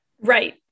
Right